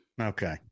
Okay